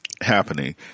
happening